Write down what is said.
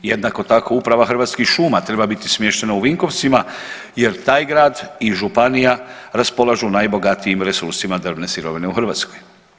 Jednako tako uprava Hrvatskih šuma treba biti smještena u Vinkovcima jer taj grad i županija raspolažu najbogatijim resursima drvne sirovine u Hrvatskoj.